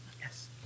Yes